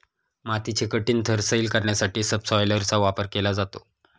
मातीचे कठीण थर सैल करण्यासाठी सबसॉयलरचा वापर केला जातो